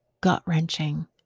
gut-wrenching